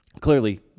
Clearly